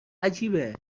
عجیبه